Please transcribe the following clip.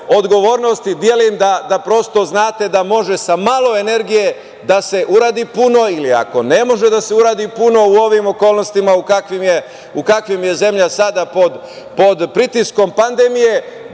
odgovornosti, delim da prosto znate da može sa malo energije da se uradi puno ili ako ne može da se uradi puno u ovim okolnostima u kakvim je zemlja sada pod pritiskom pandemije,